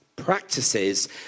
practices